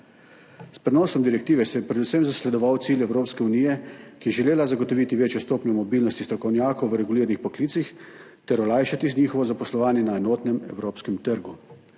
S prenosom direktive se je predvsem zasledoval cilj Evropske unije, ki je želela zagotoviti večjo stopnjo mobilnosti strokovnjakov v reguliranih poklicih ter olajšati njihovo zaposlovanje na enotnem evropskem trgu.